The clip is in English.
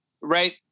right